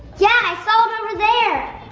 yeah, i saw it over there!